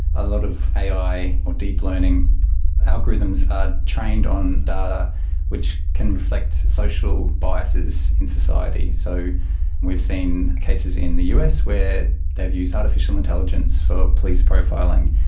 a lot of ai or deep learning algorithms are trained on data which can reflect social biases in society. so we've seen cases in the us where they've used artificial intelligence for police profiling,